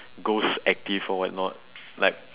ghost active for what not like